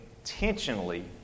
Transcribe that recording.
intentionally